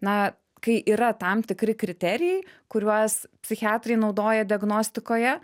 na kai yra tam tikri kriterijai kuriuos psichiatrai naudoja diagnostikoje